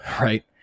Right